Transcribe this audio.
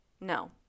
no